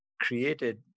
created